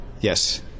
Yes